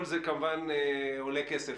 כל זה כמובן עולה כסף.